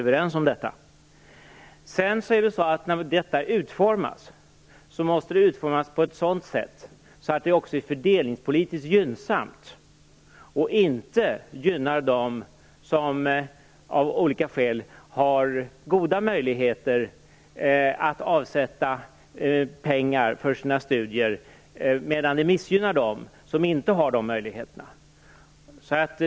När detta utformas måste det ske på ett sådant sätt att det blir fördelningspolitiskt gynnsamt och inte gynnar dem som av olika skäl har goda möjligheter att avsätta pengar för sina studier medan det missgynnar dem som inte har de möjligheterna.